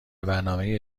برنامه